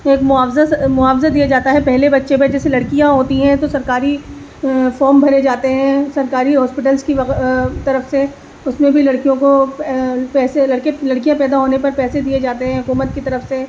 ایک معاوضہ معاوضہ دیا جاتا ہے پہلے بچے پہ جیسے لڑکیاں ہوتی ہیں تو سرکاری فوم بھرے جاتے ہیں سرکاری ہاسپیٹل کی طرف سے اس میں بھی لڑکیوں کو پیسے لڑکیاں پیدا ہونے پر پیسے دیے جاتے ہیں حکومت کی طرف سے